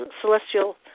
Celestial